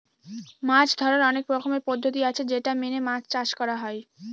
মাছ ধরার অনেক রকমের পদ্ধতি আছে যেটা মেনে মাছ চাষ করা হয়